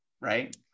right